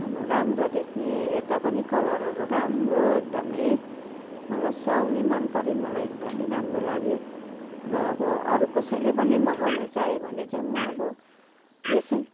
अब राम्रो देख्ने हेर्दा पनि कलरहरू राम्रो एकदमै मलाई सुहाउने मन पऱ्यो मलाई एकदमै राम्रो लाग्यो र अब अरू कसैले पनि मगाउनु चाह्यो भने चाहिँ म अब यसै